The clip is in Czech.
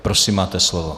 Prosím, máte slovo.